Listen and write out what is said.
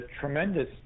tremendous